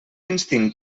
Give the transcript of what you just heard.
instint